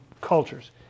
cultures